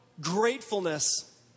gratefulness